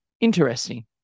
interesting